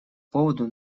поводу